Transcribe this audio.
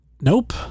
Nope